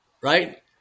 right